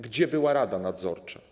Gdzie była rada nadzorcza?